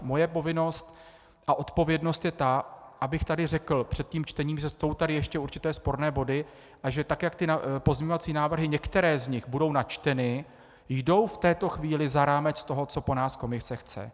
Moje povinnost a odpovědnost je ta, abych tady řekl před tím čtením, že jsou tady ještě určité sporné body, a že tak jak ty pozměňovací návrhy, některé z nich, budou načteny, jdou v této chvíli za rámec toho, co po nás Komise chce.